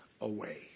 away